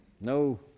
No